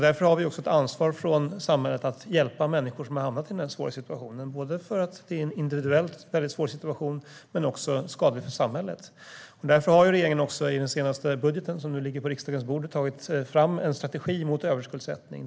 Därför har vi från samhällets sida ett ansvar att hjälpa människor som har hamnat i den här situationen som är både individuellt svår och också skadlig för samhället. Regeringen har i den senaste budgeten, som nu ligger på riksdagens bord, tagit fram en strategi mot överskuldsättning.